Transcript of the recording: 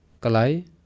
Kalai